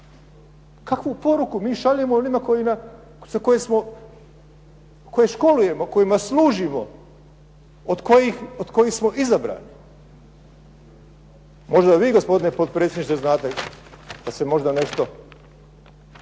Kakvu poruku šaljemo onima koje školujemo, kojima služimo, onima od kojih smo izabrani, možda vi gospodine potpredsjedniče znate da se možda nešto,